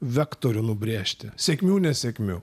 vektorių nubrėžti sėkmių nesėkmių